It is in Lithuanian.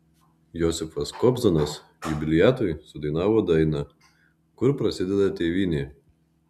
josifas kobzonas jubiliatui sudainavo dainą kur prasideda tėvynė